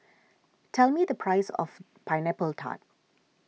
tell me the price of Pineapple Tart